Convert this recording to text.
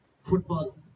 football